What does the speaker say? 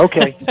okay